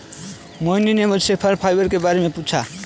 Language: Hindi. मोहिनी ने मुझसे फल फाइबर के बारे में पूछा